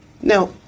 Now